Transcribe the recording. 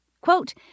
Quote